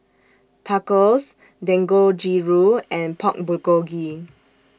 Tacos Dangojiru and Pork Bulgogi